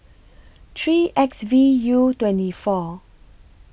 three X V U twenty four